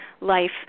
life